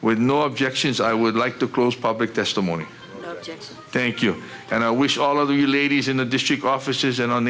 with no objections i would like to close public testimony thank you and i wish all of you ladies in the district offices and on